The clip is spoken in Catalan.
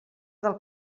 del